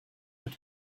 mit